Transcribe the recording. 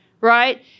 right